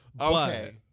Okay